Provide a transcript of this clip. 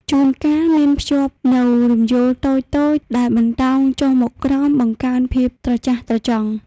ជួនកាលមានភ្ជាប់នូវ រំយោល តូចៗ ដែលបន្តោងចុះមកក្រោម បង្កើនភាពត្រចះត្រចង់។